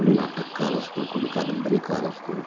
कुणी नाटककार असतो कुणी कादंबरीकार असतो